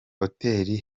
hoteli